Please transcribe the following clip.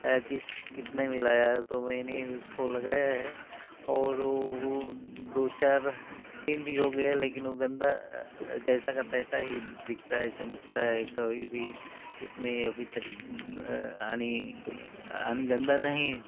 किस कितने में लाया तो मैंने उसको लगाया है और व दो चार दिन भी हो गये लेकिन वो गंदा जैसा का तैसा ही दिखता है चमकता है कभी भी उसमें अभी तक आनी गंदा नहीं